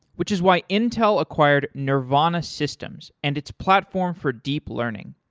which is why intel acquired nervana systems and its platform for deep learning.